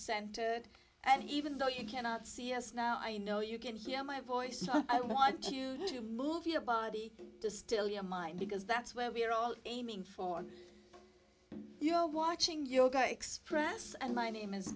centered and even though you cannot see us now i know you can hear my voice i want you to move your body to still your mind because that's where we are all aiming for you know watching your guy express and my name is